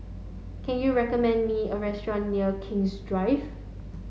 can you recommend me a restaurant near King's Drive